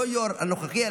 לא היו"ר הנוכחי,